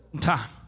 time